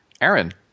Aaron